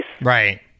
Right